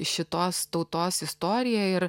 šitos tautos istoriją ir